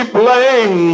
blame